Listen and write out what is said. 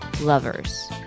Lovers